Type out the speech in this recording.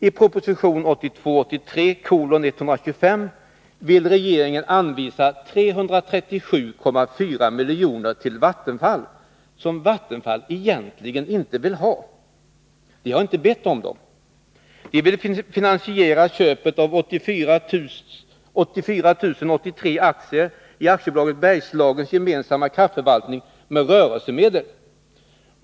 I proposition 1982/83:125 vill regeringen anvisa 337,4 miljoner till Vattenfall som Vattenfall egentligen inte vill ha. Verket har inte bett om det, utan vill finansiera köpet av 84 083 aktier i AB Bergslagens Gemensamma Kraftförvaltning med rörelsemedel.